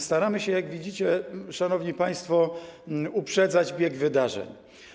Staramy się, jak widzicie, szanowni państwo, uprzedzać bieg wydarzeń.